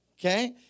okay